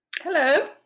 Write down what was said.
Hello